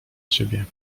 ciebie